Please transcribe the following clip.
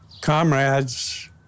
comrades